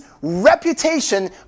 reputation